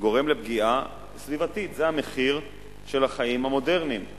גורם פגיעה סביבתית, זה המחיר של החיים המודרניים.